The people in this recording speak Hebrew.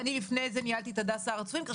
לפני זה אני ניהלתי את הדסה הר הצופים כך